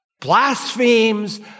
blasphemes